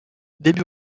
début